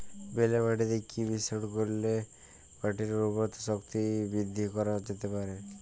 বেলে মাটিতে কি মিশ্রণ করিলে মাটির উর্বরতা শক্তি বৃদ্ধি করা যেতে পারে?